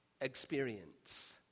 experience